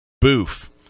boof